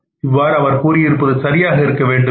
இவ்வாறு அவர் கூறியிருப்பது சரியாக இருக்க வேண்டுமா